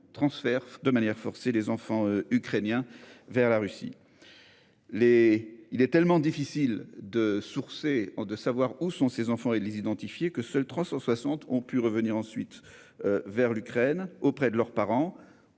transfère de manière forcée des enfants ukrainiens vers la Russie ! Il est si difficile de savoir où sont ces enfants et de les identifier que seuls 360 d'entre eux ont pu revenir en Ukraine, auprès de leurs parents.